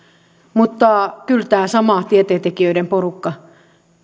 ja kyllä tämä sama tieteentekijöiden porukka